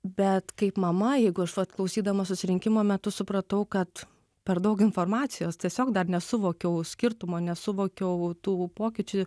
bet kaip mama jeigu aš vat klausydama susirinkimo metu supratau kad per daug informacijos tiesiog dar nesuvokiau skirtumo nesuvokiau tų pokyčių